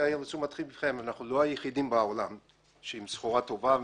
אנחנו לא היחידים בעולם עם סחורה טובה ומצוינת.